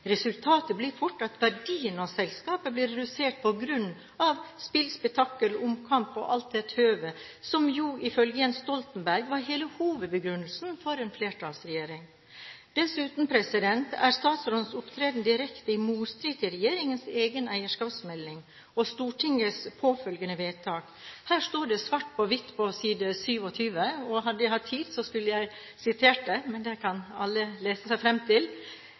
Resultatet blir fort at verdien av selskaper blir redusert på grunn av «spill, spetakkel, omkamp og alt det tøvet», som ifølge Jens Stoltenberg var hele hovedbegrunnelsen for en flertallsregjering. Dessuten er statsrådens opptreden i direkte motstrid til regjeringens egen eierskapsmelding og Stortingets påfølgende vedtak. Her står det svart på hvitt på side 27. Hadde jeg hatt tid, skulle jeg ha sitert det – men det kan alle lese seg fram til